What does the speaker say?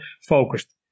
focused